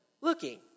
looking